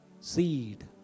seed